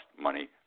money